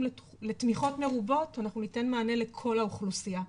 לתמיכות מרובות אנחנו ניתן מענה לכל האוכלוסייה,